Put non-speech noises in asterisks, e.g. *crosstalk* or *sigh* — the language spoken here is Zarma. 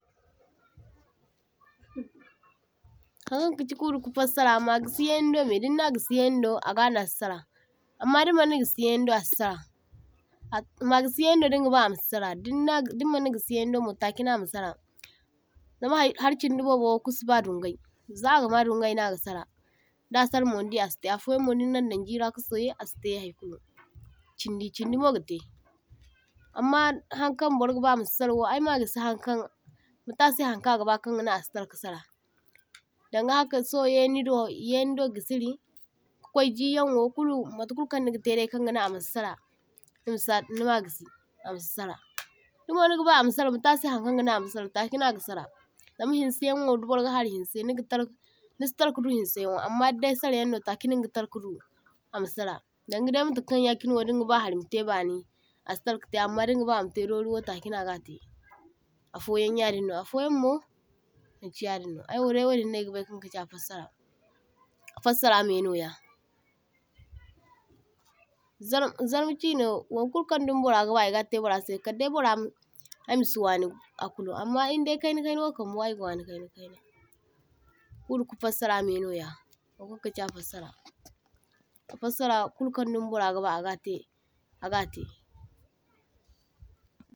*noise* toh-toh Hankaŋ kachi ku’dako fassara, ama gi’siyaini do’mai diŋna gi’si yainido agano a si’sara amma din manni gi’si yainido a si’sara a ma gi’si yainido din gaba amasi’sara diŋna diŋmani gi’si yainido mo ta’kai no ama sara zama hay har’chindi bobo wo si’ba duŋgay, za agama duŋgay no aga sara, da sara mo ni’di a si’tai. A foyanmo diŋna dan ji’ra ka soyai a si’tai haykulu, chindi chindimo ga’tai amma harkan burgaba a ma si’sara wo ay ma gi’si hankaŋ ma’tasai hankan a gaba kaŋ ganaŋ a si’tarka sara, danga haŋkan so yainido yainido gi’siri, ka kwai jiyanwo kulu mata kulu kaŋ nigatai kan ganaŋ a masi’sara tur sadin nima gi’si ama si’sara. Dumo nigaba a ma’sara ma tasai hankaŋ ga nan a ma sara takaino a ga’sara, zama hinsayaŋ wo di bur ga hari hinsai ni’gatar ni’si tarkadu hinsaiyawo amma dadai sara yaŋno takai no niga tarkadu ama sara, dan gadai matakaŋ yachine wo din gaba harri matai bani a si tarkatai amma din gaba a’ma tai dori takai na a ga’tai, afoyaŋ yadiŋno afoyanmo manchi yadinno aywodai wadiŋno ay gabai kaŋ kachi a fassara, a fassara mai noya. Zar zarma chi’ne waŋ kulu kaŋ dumo burra gaba e ga’tai burra sai kaŋdai burra ma ay masi’wani a kulu amma indai kai na kai na wokam ay ga wani kai na kai na, ku’daku fassara mainoya inga kachi a fassara, fassara kulkaŋ dumo burra gaba agatai a gatai.